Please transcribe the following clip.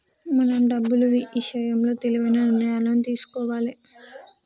మనం డబ్బులు ఇషయంలో తెలివైన నిర్ణయాలను తీసుకోవాలే